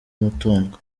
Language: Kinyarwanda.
umutungo